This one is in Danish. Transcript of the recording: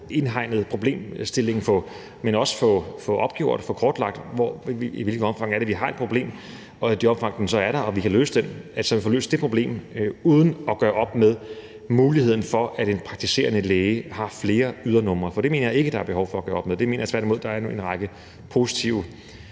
indhegnet problemstillingen, men også få opgjort og kortlagt, i hvilket omfang vi har et problem. I det omfang, der så er det og vi kan løse det, så skal vi have løst det problem uden at gøre op med muligheden for, at en praktiserende læge har flere ydernumre. For det mener jeg ikke der er behov for at gøre op med. Det mener jeg tværtimod der er en række positive